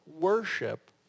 worship